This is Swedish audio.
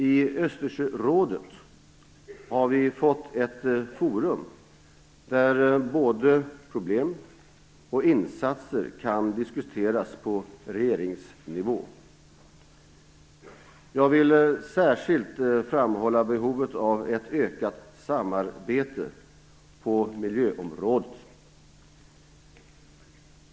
I Östersjörådet har vi fått ett forum, där både problem och insatser kan diskuteras på regeringsnivå. Jag vill särskilt framhålla behovet av ett ökat samarbete på miljöområdet.